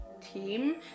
team